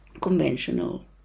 conventional